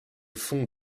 fond